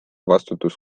vastutus